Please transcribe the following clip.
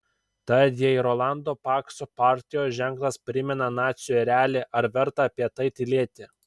tad jei rolando pakso partijos ženklas primena nacių erelį ar verta apie tai tylėti